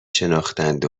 شناختند